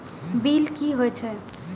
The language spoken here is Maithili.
बील की हौए छै?